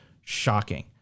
Shocking